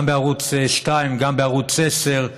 גם בערוץ 2, גם בערוץ 10,